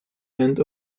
and